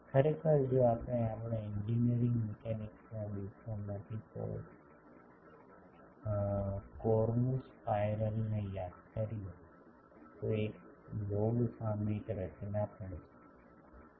ખરેખર જો આપણે આપણા એન્જિનિયરિંગ મિકેનિક્સના દિવસોમાંથી કોર્નુ સ્પાઇરલ ને યાદ કરીએ તો તે લોગ સામયિક રચના પણ છે